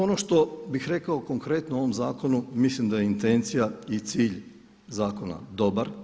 Ono što bih rekao konkretno u ovom zakonu mislim da je intencija i cilj zakona dobar.